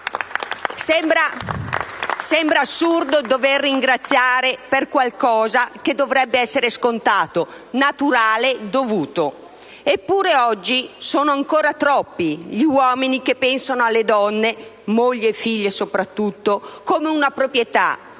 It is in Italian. Sembra assurdo dover ringraziare per qualcosa che dovrebbe essere invece scontato, naturale e dovuto. Eppure, oggi sono ancora troppi gli uomini che pensano alle donne (mogli e figlie, soprattutto) come ad una proprietà,